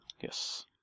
Yes